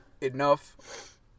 enough